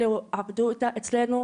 אלה עבדו אצלנו,